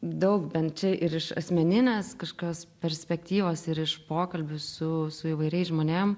daug bent čia ir iš asmeninės kažkokios perspektyvos ir iš pokalbių su su įvairiais žmonėm